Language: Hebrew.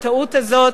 הטעות הזאת,